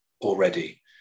already